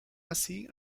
así